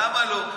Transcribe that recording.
למה לא?